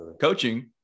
Coaching